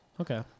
Okay